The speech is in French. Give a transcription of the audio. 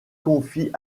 confie